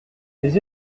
les